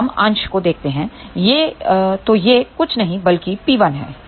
तो हम अंश को देखते हैं तो यह कुछ नहीं बल्कि P1 है